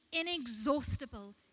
inexhaustible